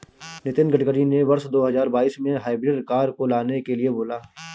नितिन गडकरी ने वर्ष दो हजार बाईस में हाइब्रिड कार को लाने के लिए बोला